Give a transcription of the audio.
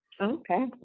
okay